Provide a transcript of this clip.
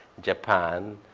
japan,